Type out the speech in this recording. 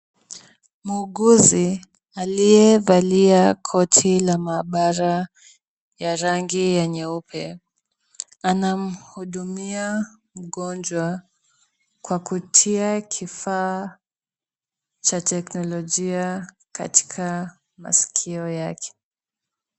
Muuguzi aliyevalia koti la maabara ya rangi ya nyeupe anamhudumia mgonjwa kwa kutia kifaa cha teknolojia katika masikio yake.